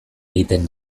egiten